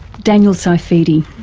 daniel sifidi.